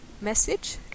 message